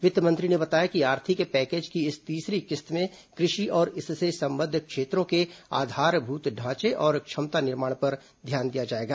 वित्त मंत्री ने बताया कि आर्थिक पैकेज की इस तीसरी किस्त में कृषि और इससे संबद्ध क्षेत्रों के आधारभूत ढांचे और क्षमता निर्माण पर ध्यान दिया जाएगा